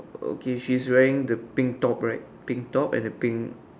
okay she is wearing the pink top right pink top and the pink